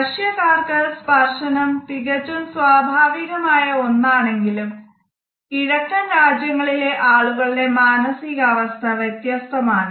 റഷ്യക്കാർക്ക് സ്പർശനം തികച്ചും സ്വാഭാവികമായ ഒന്നാണെങ്കിലും കിഴക്കൻ രാജ്യങ്ങളിലെ ആളുകളുടെ മാനസികാവസ്ഥ വ്യത്യസ്തമാണ്